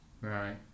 Right